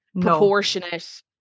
proportionate